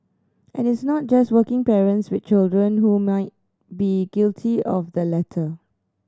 and it's not just working parents with children who may be guilty of the latter